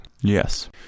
yes